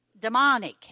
demonic